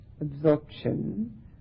absorption